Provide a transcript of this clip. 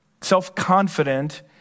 self-confident